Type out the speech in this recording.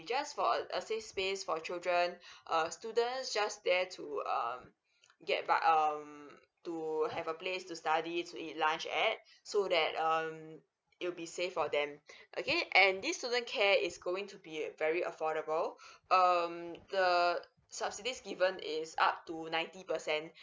just for a a safe space for children uh students just there to um get but um to have a place to study to eat lunch at so that um it will be safe for them okay and this student care is going to be very affordable um the subsidies given is up to ninety percent